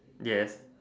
yes